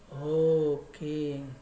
Okay